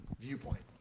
viewpoint